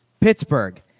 Pittsburgh